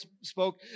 spoke